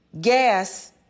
gas